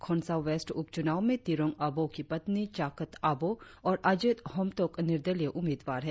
Khonsa west उप चुनाव में तिरोंग आबोह की पत्नी चाकत आबोह और अजेत होमटोक निर्दलिय उम्मीदवार है